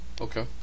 Okay